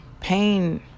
pain